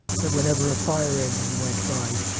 that whenever a fire engine went by,